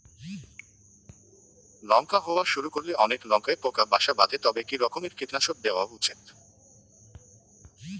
লঙ্কা হওয়া শুরু করলে অনেক লঙ্কায় পোকা বাসা বাঁধে তবে কি রকমের কীটনাশক দেওয়া উচিৎ?